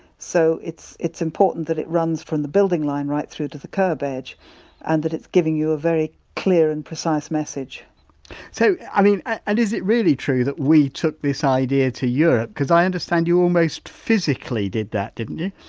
so, it's it's important that it runs from the building line right through to the kerb edge and that it's giving you a very clear and precise message so, i mean and is it really true that we took this idea to europe because i understand you almost physically did that didn't you?